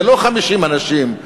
זה לא 50 אנשים.